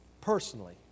personally